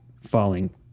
falling